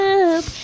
up